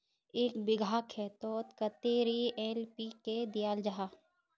एक बिगहा खेतोत कतेरी एन.पी.के दियाल जहा?